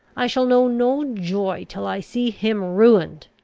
i shall know no joy till i see him ruined.